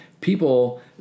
people